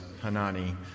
Hanani